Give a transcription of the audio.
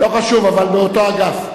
לא חשוב, אבל באותו אגף.